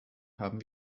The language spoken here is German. haben